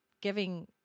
giving